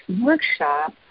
workshop